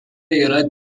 yra